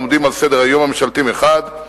העומדים על סדר-היום הממשלתי מחד גיסא,